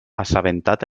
assabentat